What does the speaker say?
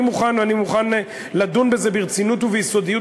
אני מוכן לדון בזה ברצינות וביסודיות,